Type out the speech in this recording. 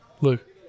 Look